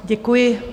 Děkuji.